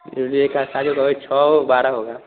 इसमें एका साइज जो रहे छऊ और बारह होगा